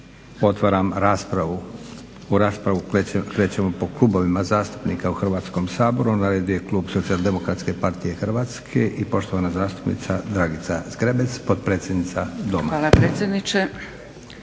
Otvaram raspravu. U raspravu krećemo po klubovima zastupnika u Hrvatskom saboru. Na redu je klub Socijal-demokratske partije Hrvatske i poštovana zastupnica Dragica Zgrebec, potpredsjednica Doma. **Zgrebec,